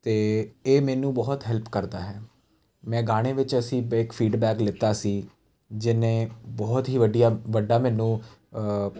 ਅਤੇ ਇਹ ਮੈਨੂੰ ਬਹੁਤ ਹੈਲਪ ਕਰਦਾ ਹੈ ਮੈਂ ਗਾਣੇ ਵਿੱਚ ਅਸੀਂ ਬੈਕ ਫੀਡਬੈਕ ਲਿੱਤਾ ਸੀ ਜਿਹਨੇ ਬਹੁਤ ਹੀ ਵੱਡੀਆਂ ਵੱਡਾ ਮੈਨੂੰ